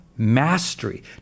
mastery